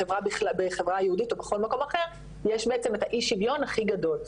בחברה היהודית או בכל מקום אחר יש בעצם את האי שוויון הכי גדול.